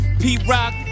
P-Rock